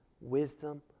wisdom